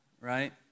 right